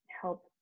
help